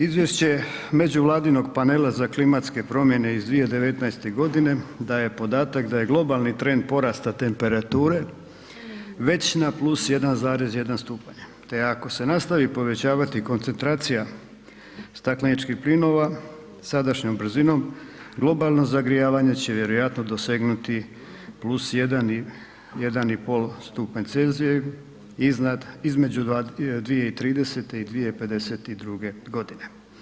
Izvješće međuvladinog panela za klimatske promjene iz 2019. godine daje podatak da je globalni trend porasta temperature već na +1,1 stupanj te ako se nastavi povećavati koncentracija stakleničkih plinova sadašnjom brzinom globalno zagrijavanje će vjerojatno dosegnuti +1, 1,5 stupanj C iznad, između 2030. i 2052. godine.